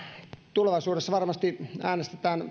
tulevaisuudessa varmasti äänestetään